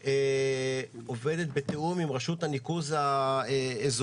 חריש עובדת בתיאום עם רשות הניקוז האזורית,